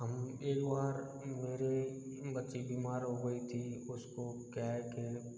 हम एक बार मेरे बच्ची बीमार हो गई थी उस को क्या है कि